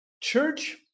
Church